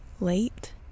late